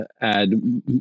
add